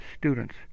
students